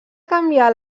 canviar